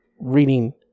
reading